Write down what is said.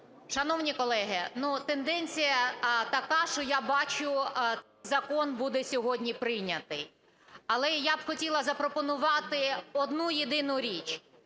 Шановні колеги, ну, тенденція така, що я бачу, закон буде сьогодні прийнятий. Але я б хотіла запропонувати одну-єдину річ.